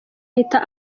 ahita